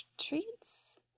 Treats